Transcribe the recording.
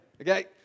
okay